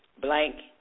blank